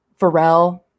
Pharrell